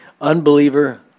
unbeliever